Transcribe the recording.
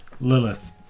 Lilith